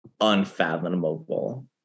unfathomable